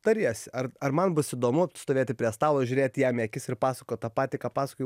tariesi ar ar man bus įdomu stovėti prie stalo žiūrėti jam į akis ir pasakot tą patį ką pasakojai